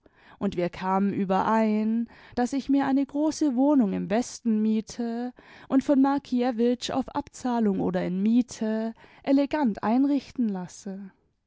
und wir kamen überein daß ich mir eine große wohnung im westen miete und von markiewicz auf abzahlung oder in miete elegant einrichten lasse